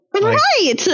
Right